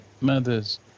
mother's